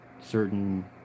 certain